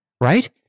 right